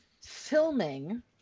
filming